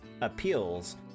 appeals